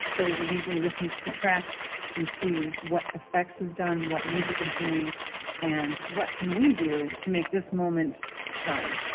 so, we usually listen to the track and see what effects is done, what music is doing and what can we do to make this moment shine